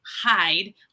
hide